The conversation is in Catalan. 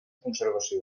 conservació